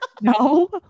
No